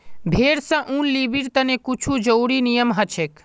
भेड़ स ऊन लीबिर तने कुछू ज़रुरी नियम हछेक